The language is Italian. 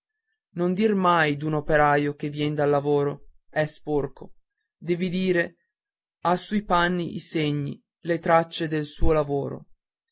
non dir mai d'un operaio che vien dal lavoro è sporco devi dire ha sui panni i segni le tracce del suo lavoro